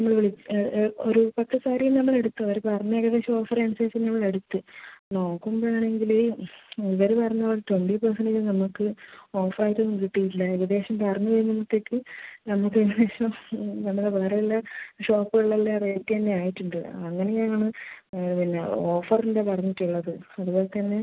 നമ്മൾ വിളിച്ച് ഒരു പത്ത് സാരി നമ്മൾ എടുത്തു അവർ പറഞ്ഞ ഏകദേശം ഓഫർ അനുസരിച്ച് ഞങ്ങൾ എടുത്ത് നോക്കുമ്പോൾ ആണെങ്കിൽ ഇവർ പറഞ്ഞ പോലെ ട്വൻറ്റി പെർസൻറ്റേജ് നമുക്ക് ഓഫറായിട്ട് ഒന്നും കിട്ടിയിട്ടില്ല ഏകദേശം പറഞ്ഞ് വരുമ്പഴത്തേക്ക് നമുക്ക് ഏകദേശം നമ്മളെ വേറെ ഉള്ള ഷോപ്പുകളിലുള്ള റേറ്റ് തന്നെ ആയിട്ടുണ്ട് അങ്ങനെ ആണ് പിന്നെ ഓഫറിൻ്റെ പറഞ്ഞിട്ട് ഉള്ളത് അതുപോലെ തന്നെ